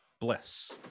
Bliss